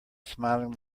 smiling